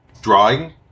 drawing